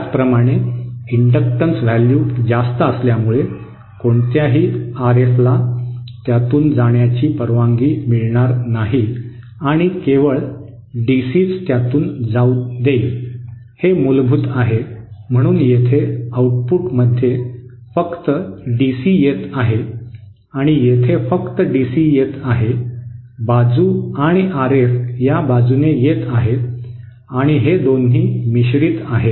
त्याचप्रमाणे inductance value जास्त असल्यामुळे कोणत्याही आरएफला त्यातून जाण्याची परवानगी मिळणार नाही आणि केवळ डीसीच त्यातून जाऊ देईल हे मूलभूत आहे म्हणून येथे आउटपुटमध्ये फक्त डीसी येत आहे आणि येथे फक्त डीसी येत आहे बाजू आणि आरएफ या बाजूने येत आहेत आणि हे दोन्ही मिश्रित आहेत